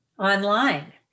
online